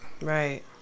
right